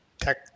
tech